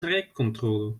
trajectcontrole